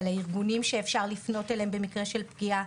מידע על הארגונים שאפשר לפנות אליהם במקרה של פגיעה,